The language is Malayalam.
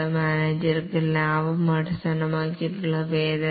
മാനേജർമാർക്ക് ലാഭം അടിസ്ഥാനമാക്കിയുള്ള വേതനം